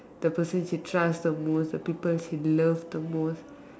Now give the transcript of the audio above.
the person she trust the most the people she love the most